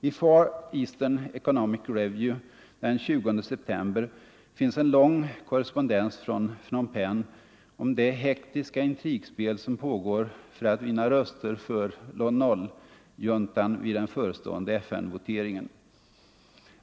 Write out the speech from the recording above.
I Far Eastern Economic Review den 20 september fanns en lång korrespondens från Phnom Penh om det hektiska intrigspel som pågår för att vinna röster för Lon Nol-juntan vid den förestående FN-voteringen.